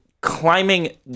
climbing